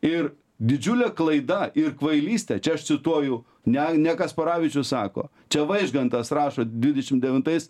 ir didžiulė klaida ir kvailystė čia aš cituoju ne ne kasparavičius sako čia vaižgantas rašo dvidešim devintais